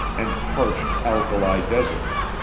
and parched alkali deserts.